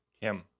kim